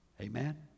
Amen